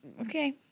okay